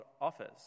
offers